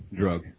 drug